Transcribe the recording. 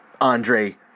Andre